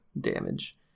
damage